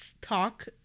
talk